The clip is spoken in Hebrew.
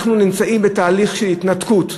אנחנו נמצאים בתהליך של התנתקות.